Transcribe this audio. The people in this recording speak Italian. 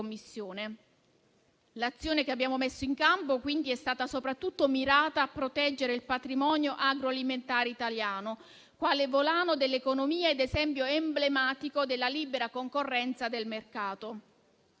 L'azione che abbiamo messo in campo, quindi, è stata soprattutto mirata a proteggere il patrimonio agroalimentare italiano, quale volano dell'economia ed esempio emblematico della libera concorrenza e del mercato.